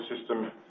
system